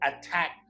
attack